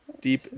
deep